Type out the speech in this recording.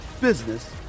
business